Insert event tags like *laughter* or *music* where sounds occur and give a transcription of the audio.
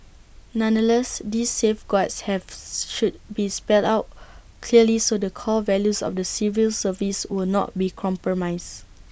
nonetheless these safeguards have *noise* should be spelled out clearly so the core values of the civil service would not be compromised